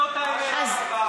זאת האמת.